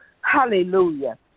Hallelujah